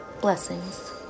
Blessings